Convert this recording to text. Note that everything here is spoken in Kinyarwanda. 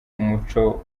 umuco